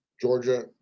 Georgia